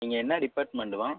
நீங்கள் என்ன டிபார்ட்மெண்ட்டும்மா